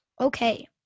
Okay